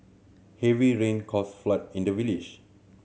heavy rain caused flood in the village